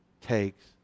takes